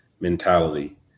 mentality